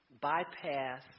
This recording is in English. bypass